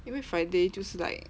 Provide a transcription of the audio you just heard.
因为 friday 就是 like